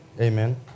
Amen